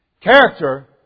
character